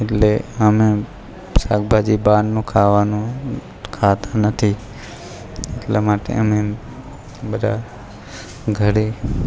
એટલે અમે શાકભાજી બહારનું ખાવાનું ખાતા નથી એટલા માટે અમે બધા ઘરે